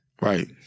Right